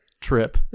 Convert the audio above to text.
trip